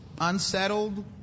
unsettled